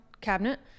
cabinet